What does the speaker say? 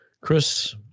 Chris